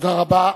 תודה רבה.